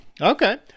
Okay